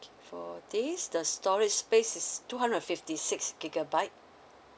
for this the storage space is two hundred and fifty six gigabyte